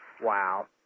Wow